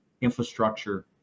infrastructure